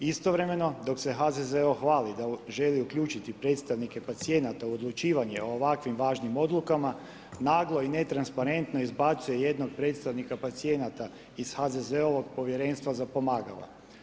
Istovremeno, dok se HZZO hvali da želi uključiti predstavnike pacijenata u odlučivanje o ovakvim važnim odlukama, naglo i netransparentno izbacuje jednog predstavnika pacijenata iz HZZO-ovog Povjerenstva za pomagala.